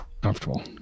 comfortable